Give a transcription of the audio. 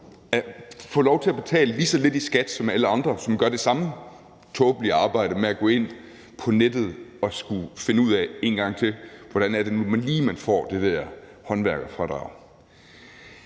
altså få lov til at betale lige så lidt i skat som alle andre, der gør det samme tåbelige arbejde med at gå ind på nettet for en gang til at skulle finde ud af, hvordan det nu lige er, man får det der håndværkerfradrag?